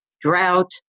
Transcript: drought